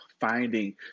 finding